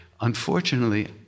Unfortunately